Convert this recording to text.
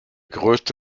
größte